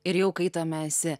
ir jau kai tame esi